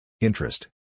Interest